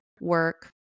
work